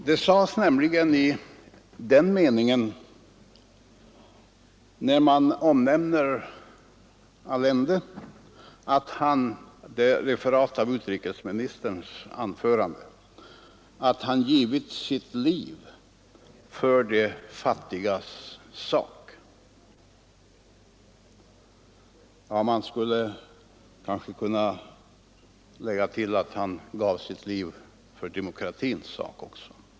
Det sades nämligen i den meningen när man omnämnde Allende att han — detta är ett referat av utrikesministerns anförande — givit sitt liv för de fattigas sak. — Man skulle kanske kunna lägga till att han också givit sitt liv för demokratins sak.